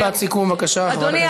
משפט סיכום, בבקשה, חברת הכנסת לביא.